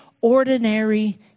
ordinary